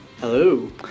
Hello